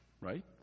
right